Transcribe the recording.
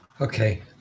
Okay